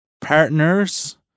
partners